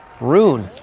Rune